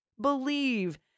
believe